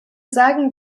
sagen